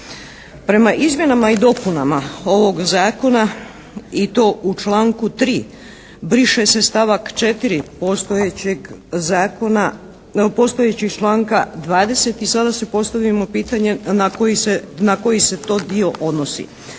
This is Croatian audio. Prema izmjenama i dopunama ovog zakona, i to u članku 3. briše se stavak 4. postojećeg zakona, postojećeg članka 20. I sada si postavimo pitanje na koji se to dio odnosi.